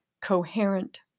coherent